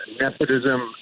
nepotism